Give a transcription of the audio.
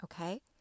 Okay